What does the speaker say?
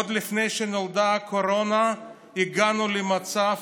עוד לפני שנולדה הקורונה הגענו למצב